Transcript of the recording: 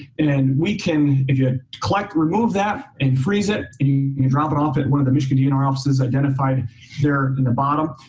and we can collect, remove that and freeze it and you drop it off at one of the michigan dnr offices identified there in the bottom.